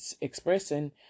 expressing